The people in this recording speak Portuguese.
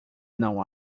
não